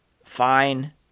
fine